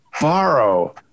borrow